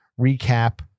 recap